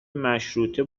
مشروطه